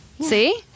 See